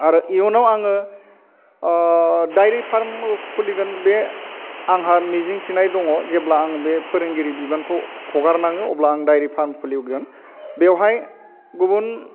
आरो इयुनाव आङो दाइरि फार्मबो खुलिगोन बे आंहा मिजिंथिनाय दङ जेब्ला आं बे फोरोंगिरि बिबानखौ हगारनाङो अब्ला आं दाइरि फार्म खुलिगोन बेवहाय गुबुन